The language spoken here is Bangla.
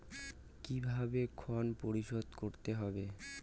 কিভাবে ঋণ পরিশোধ করতে হবে?